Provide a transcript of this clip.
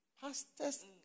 pastors